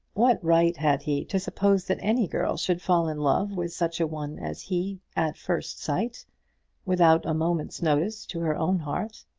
what right had he to suppose that any girl should fall in love with such a one as he at first sight without a moment's notice to her own heart?